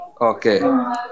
Okay